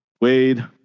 Wade